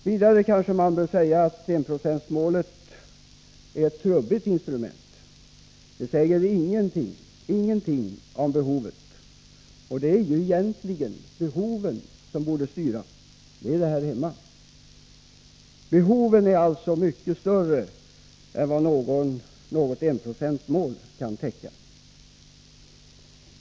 Vidare kanske man bör erkänna att enprocentsmålet är ett trubbigt instrument. Det säger ingenting om behoven, och det är egentligen behoven som bör styra; så är det här hemma. Behoven är alltså mycket större än vad något enprocentsmål kan täcka.